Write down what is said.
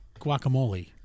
guacamole